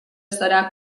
serà